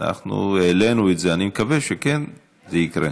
אנחנו העלינו את זה, ואני מקווה שזה יקרה.